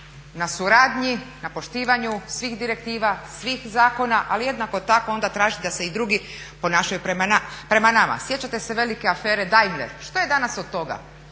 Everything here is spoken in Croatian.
na suradnji, na poštivanju svih direktiva, svih zakona ali jednako tako onda tražiti da se i drugi ponašaju prema nama. Sjećate se velike afere Dajmler. Što je danas od toga?